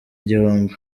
igihombo